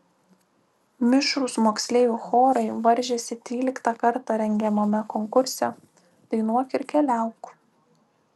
mišrūs moksleivių chorai varžėsi tryliktą kartą rengiamame konkurse dainuok ir keliauk